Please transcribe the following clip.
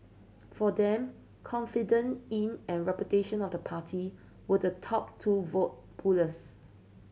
for them confidence in and reputation of the party were the top two vote pullers